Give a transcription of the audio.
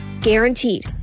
Guaranteed